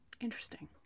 Interesting